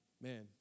Man